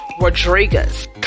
Rodriguez